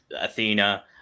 Athena